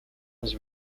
was